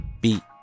beat